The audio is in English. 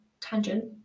tangent